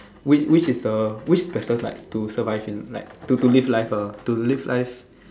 which which is uh which better light to survive to live life ah to live life